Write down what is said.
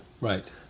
Right